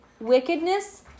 Wickedness